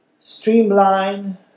streamline